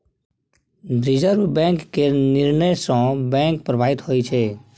reserve bank केर निर्णय सँ बैंक प्रभावित होइ छै